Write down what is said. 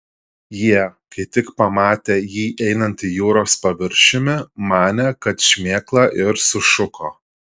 jie kai tik pamatė jį einantį jūros paviršiumi manė kad šmėkla ir sušuko